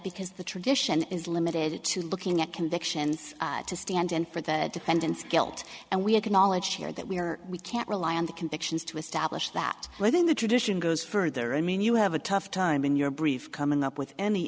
because the tradition is limited to looking at convictions to stand in for the dependance guilt and we acknowledge here that we are we can't rely on the convictions to establish that within the tradition goes further i mean you have a tough time in your brief coming up with any